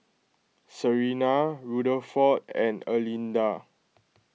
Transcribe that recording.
Sarina Rutherford and Erlinda